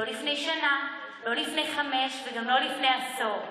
לא לפני שנה, לא לפני חמש וגם לא לפני עשור.